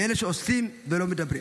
מאלה שעושים ולא מדברים,